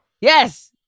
Yes